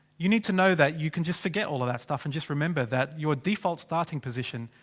you need to know that, you can just forget all of that stuff. and just remember that. your default starting position.